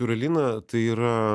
fiur alina tai yra